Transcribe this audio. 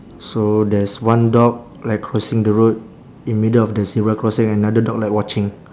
so there's one dog like crossing the road in middle of the zebra crossing another dog like watching